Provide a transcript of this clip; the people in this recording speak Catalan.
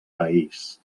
país